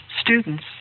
students